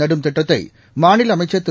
நடும்திட்டத்தை மாநில அமைச்சர் திரு